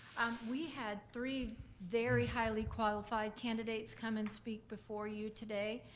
we had three very highly-qualified candidates come and speak before you today,